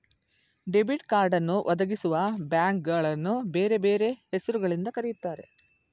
debit ಕಾರ್ಡನ್ನು ಒದಗಿಸುವಬ್ಯಾಂಕ್ಗಳನ್ನು ಬೇರೆ ಬೇರೆ ಹೆಸರು ಗಳಿಂದ ಕರೆಯುತ್ತಾರೆ